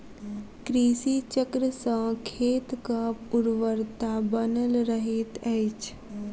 कृषि चक्र सॅ खेतक उर्वरता बनल रहैत अछि